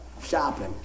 shopping